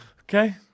Okay